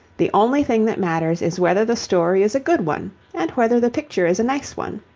the only thing that matters is whether the story is a good one and whether the picture is a nice one.